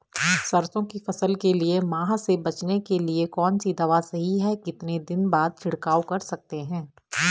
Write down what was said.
सरसों की फसल के लिए माह से बचने के लिए कौन सी दवा सही है कितने दिन बाद छिड़काव कर सकते हैं?